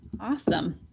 Awesome